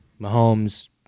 Mahomes